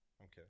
Okay